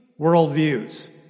worldviews